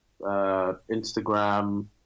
Instagram